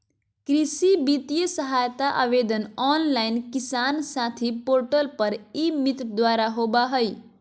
कृषि वित्तीय सहायता आवेदन ऑनलाइन किसान साथी पोर्टल पर ई मित्र द्वारा होबा हइ